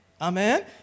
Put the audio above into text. Amen